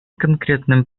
конкретным